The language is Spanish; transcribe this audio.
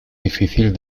difícil